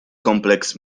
kompleks